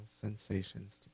sensations